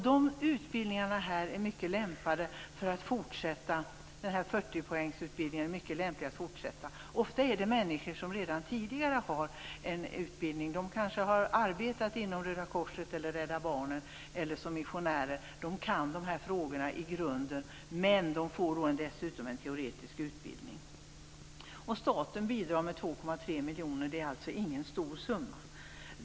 Den här 40-poängsutbildningen är det mycket lämpligt att fortsätta med. Ofta handlar det om människor som redan tidigare har en utbildning. De kanske har arbetat inom Röda korset eller Rädda Barnen eller som missionärer. De kan de här frågorna i grunden, men de får dessutom en teoretisk utbildning. Staten bidrar med 2,3 miljoner. Det är alltså ingen stor summa.